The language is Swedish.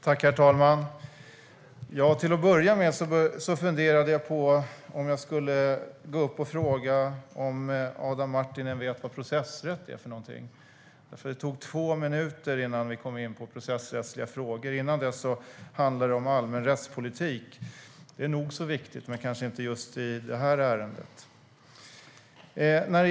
Herr talman! Till att börja med funderade jag på om jag skulle fråga Adam Marttinen om han vet vad processrätt är för någonting. Det tog två minuter innan han kom in på processrättsliga frågor. Före dess handlade anförandet om allmän rättspolitik. Det är nog så viktigt, men kanske inte just i det här ärendet.